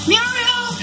Muriel